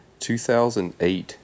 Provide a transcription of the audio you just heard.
2008